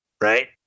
Right